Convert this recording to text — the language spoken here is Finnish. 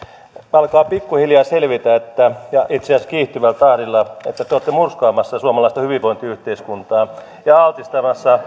alkaa pikkuhiljaa selvitä ja itse asiassa kiihtyvällä tahdilla että te olette murskaamassa suomalaista hyvinvointiyhteiskuntaa ja altistamassa